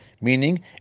meaning